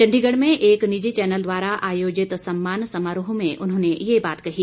चंडीगढ़ में एक निजी चैनल द्वारा आयोजित सम्मान समारोह में उन्होंने ये बात कही